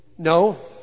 No